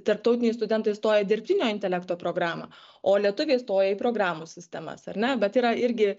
tarptautiniai studentai stoja į dirbtinio intelekto programą o lietuviai stoja į programų sistemas ar ne bet yra irgi